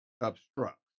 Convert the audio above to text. obstructs